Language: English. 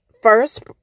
first